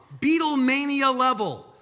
Beatlemania-level